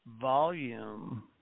volume